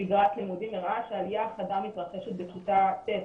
בשגרת לימודים הראה שהעלייה החדה מתרחשת בכיתה ט',